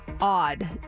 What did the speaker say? odd